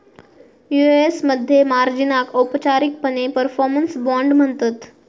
UAS मध्ये मार्जिनाक औपचारिकपणे परफॉर्मन्स बाँड म्हणतत